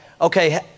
okay